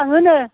थाङोनो